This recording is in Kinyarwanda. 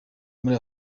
muri